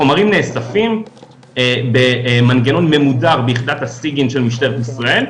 החומרים נאספים במנגנון ממודר ביחידת הסיגינט של משטרת ישראל,